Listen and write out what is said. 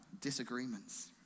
disagreements